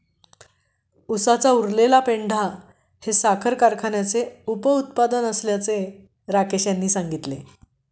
उसाचा उरलेला पेंढा हे साखर कारखान्याचे उपउत्पादन असल्याचे राकेश यांनी सांगितले